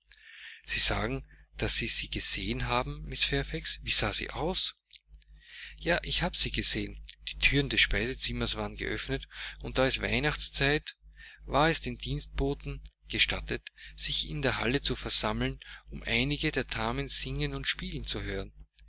sie sagen daß sie sie gesehen haben mrs fairfax wie sah sie aus ja ich habe sie gesehen die thüren des speisezimmers waren geöffnet und da es weihnachtszeit war es den dienstboten gestattet sich in der halle zu versammeln um einige der damen singen und spielen zu hören